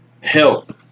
help